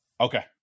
Okay